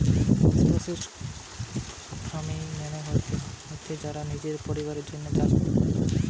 subsistence farming মানে হচ্ছে যারা নিজের পরিবারের জন্যে চাষ কোরে